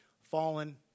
fallen